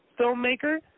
filmmaker